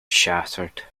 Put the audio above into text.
shattered